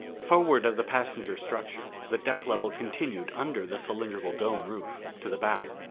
forward of the passenger structure the deck level continued under the cylindrical dome roof to the bow.